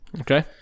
Okay